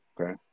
Okay